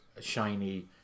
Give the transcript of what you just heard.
shiny